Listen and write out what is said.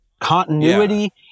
continuity